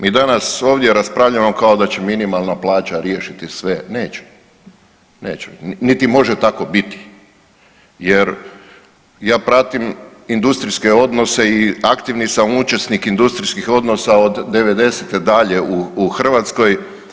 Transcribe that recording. Mi danas ovdje raspravljamo kao da će minimalna riješiti sve, neće, neće, niti može tako biti jer ja pratim industrijske odnose i aktivni sam učesnik industrijskih odnosa od '90.-te dalje u Hrvatskoj.